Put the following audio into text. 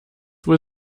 wohl